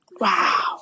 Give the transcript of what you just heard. Wow